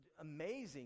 Amazing